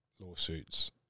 lawsuits